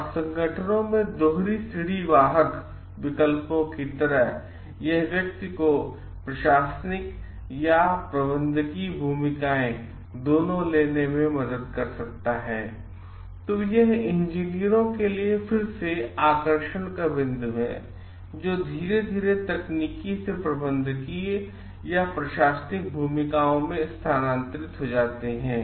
और संगठनों में दोहरी सीढ़ी वाहक विकल्पों की तरह यह व्यक्ति को प्रशासनिक या प्रबंधकीय भूमिकाएँ दोनों लेने में मदद करता है तो ये इंजीनियरों के लिए फिर से आकर्षण का बिंदु हैं जो धीरे धीरे तकनीकी से प्रबंधकीय या प्रशासनिक भूमिकाएँ में स्थानांतरित हो जाते हैं